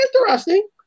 interesting